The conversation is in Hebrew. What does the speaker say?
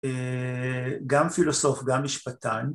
גם פילוסוף, גם משפטן.